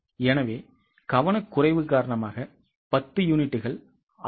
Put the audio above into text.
எனவே கவனக்குறைவு காரணமாக 10 யூனிட்டுகள் அதிகம்